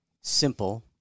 simple